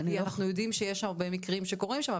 אנחנו יודעים שיש הרבה מקרים שקורים שם,